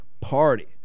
party